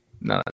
No